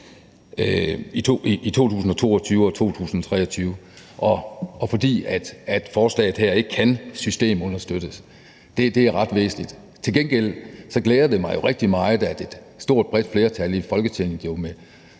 i 2022 og 2023, dels at forslaget her ikke kan systemunderstøttes – det er ret væsentligt. Til gengæld glæder det mig jo rigtig meget, at et stort, bredt flertal i Folketinget